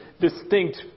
distinct